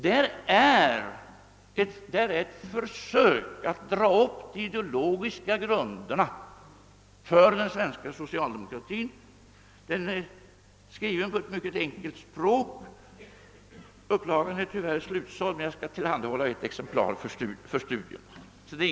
Den är ett försök att dra upp de ideologiska grunderna för den svenska socialdemokratin. Den är skriven på ett mycket enkelt språk. Upplagan är tyvärr slutsåld, men jag skall tillhandahålla ett exemplar för studium.